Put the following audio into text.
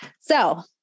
So-